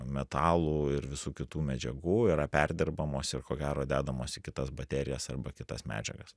metalų ir visų kitų medžiagų yra perdirbamos ir ko gero dedamos į kitas baterijas arba kitas medžiagas